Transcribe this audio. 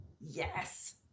Yes